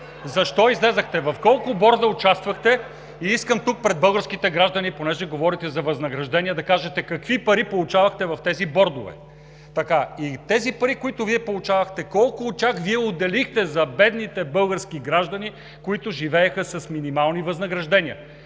Защо излязохте? В колко борда участвахте? И искам тук пред българските граждани, понеже говорите за възнаграждения, да кажете какви пари получавахте в тези бордове? Тези пари, които Вие получавахте, колко от тях Вие отделихте за бедните български граждани, които живееха с минимални възнаграждения?